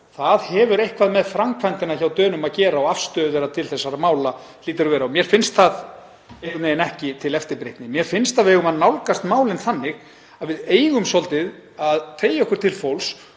Það hefur eitthvað með framkvæmdina hjá Dönum að gera og afstöðu þeirra til þessara mála, hlýtur að vera, og mér finnst það ekki til eftirbreytni. Mér finnst að við eigum að nálgast málin þannig að við eigum svolítið að teygja okkur til fólks